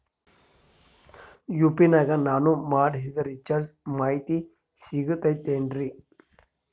UPI ನಾಗ ನಾನು ಮಾಡಿಸಿದ ರಿಚಾರ್ಜ್ ಮಾಹಿತಿ ಸಿಗುತೈತೇನ್ರಿ?